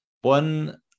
One